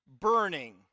burning